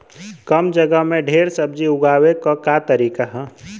कम जगह में ढेर सब्जी उगावे क का तरीका ह?